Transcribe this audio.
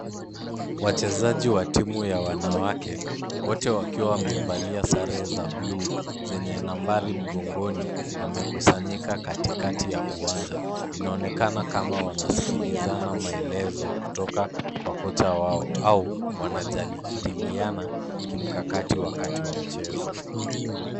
Wachezaji wa timu ya wanawake, wote wakiwa wamevalia sare za bluu, zenye nambari mgongoni, wamekusanyika katikati ya uwanja inaonekana kama wanasikilizana maelezo kutoka kwa kocha wao au wanajadiliana kimkakati wakati wa mchezo.